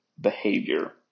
behavior